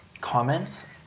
comments